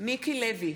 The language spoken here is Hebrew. מיקי לוי,